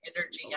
energy